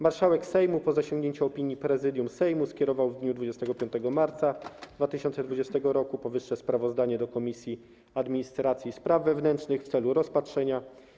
Marszałek Sejmu po zasięgnięciu opinii Prezydium Sejmu skierował w dniu 25 marca 2020 r. powyższe sprawozdanie do Komisji Administracji i Spraw Wewnętrznych w celu rozpatrzenia.